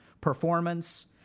performance